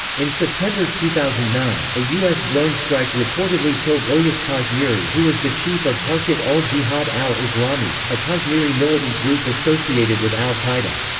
in september two thousand and nine, a us drone strike reportedly killed ilyas kashmiri who was the chief of harkat-ul-jihad al-islami, a kashmiri militant group associated with al-qaeda.